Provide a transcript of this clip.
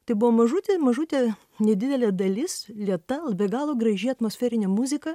tai buvo mažutė mažutė nedidelė dalis lėta be galo graži atmosferinė muzika